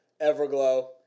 Everglow